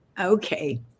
Okay